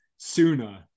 sooner